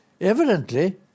evidently